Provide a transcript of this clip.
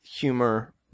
humor